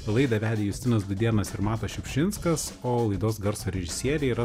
laidą vedė justinas dūdėnas ir matas šiupšinskas o laidos garso režisierė yra